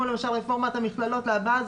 אני